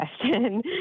question